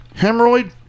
hemorrhoid